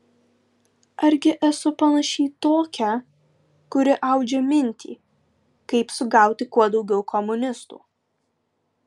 argi esu panaši į tokią kuri audžia mintį kaip sugauti kuo daugiau komunistų